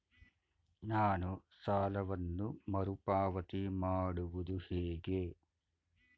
ನಾನು ಸಾಲವನ್ನು ಮರುಪಾವತಿ ಮಾಡುವುದು ಹೇಗೆ?